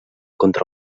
contra